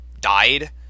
died